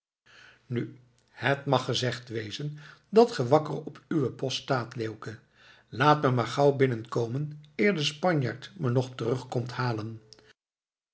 nu het mag gezegd wezen dat ge wakker op uwen post staat leeuwke laat me maar gauw binnenkomen eer de spanjaard me nog terug komt halen